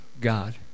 God